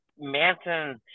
Manson